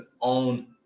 own